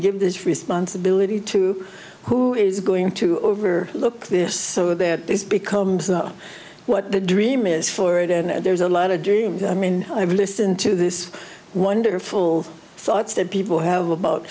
give this responsibility to who is going to over look this or that this becomes what the dream is for it and there's a lot of dreams i mean i've listened to this wonderful thoughts that people have about